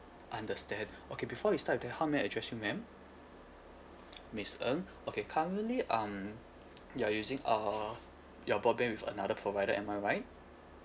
understand okay before we start with that how may I address you madam miss ng okay currently um you are using a your broadband with another provider am I right